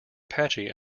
patchy